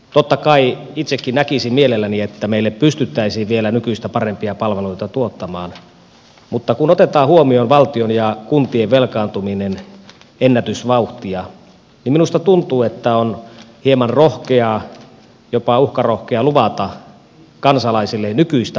totta kai itsekin näkisin mielelläni että meille pystyttäisiin vielä nykyistä parempia palveluita tuottamaan mutta kun otetaan huomioon valtion ja kuntien velkaantuminen ennätysvauhtia niin minusta tuntuu että on hieman rohkeaa jopa uhkarohkeaa luvata kansalaisille nykyistä parempia palveluita